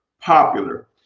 popular